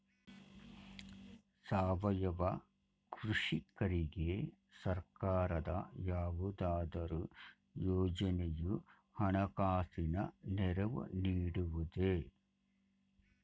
ಸಾವಯವ ಕೃಷಿಕರಿಗೆ ಸರ್ಕಾರದ ಯಾವುದಾದರು ಯೋಜನೆಯು ಹಣಕಾಸಿನ ನೆರವು ನೀಡುವುದೇ?